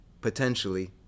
potentially